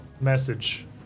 message